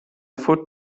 foot